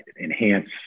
enhance